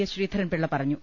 A സ് ശ്രീധരൻ പിള്ള പറഞ്ഞു